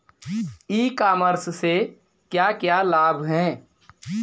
ई commerce से क्या क्या लाभ हैं?